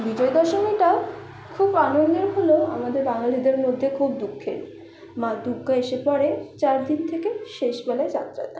বিজয়া দশমীটাও খুব আনন্দের হলেও আমাদের বাঙালিদের মধ্যে খুব দুঃখের মা দুগ্গা এসে পড়ে চারদিন থেকে শেষবেলায় যাত্রা দেন